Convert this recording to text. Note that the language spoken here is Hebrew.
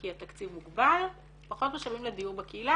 כי התקציב מוגבל, לדיור בקהילה.